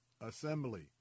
assembly